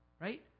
Right